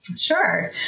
Sure